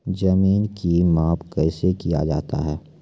जमीन की माप कैसे किया जाता हैं?